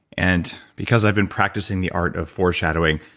and because i've been practicing the art of foreshadowing,